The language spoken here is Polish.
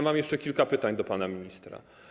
Mam jeszcze kilka pytań do pana ministra.